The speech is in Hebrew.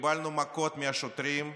וקיבלנו מכות מהשוטרים,